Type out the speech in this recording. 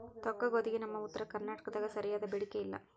ತೊಕ್ಕಗೋಧಿಗೆ ನಮ್ಮ ಉತ್ತರ ಕರ್ನಾಟಕದಾಗ ಸರಿಯಾದ ಬೇಡಿಕೆ ಇಲ್ಲಾ